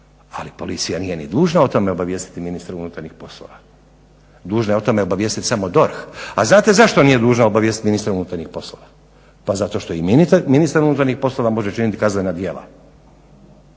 Ali policija nije ni dužna o tome obavijestiti ministra unutarnjih poslova. Dužna je o tome obavijestiti samo DORH. A znate zašto nije dužna obavijestiti ministra unutarnjih poslova? Pa zato što i ministar unutarnjih poslova može činiti kaznena djela